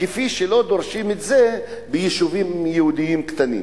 כפי שלא דורשים את זה מיישובים יהודיים קטנים.